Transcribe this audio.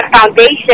foundation